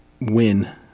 win